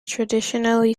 traditionally